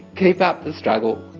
keep up the struggle.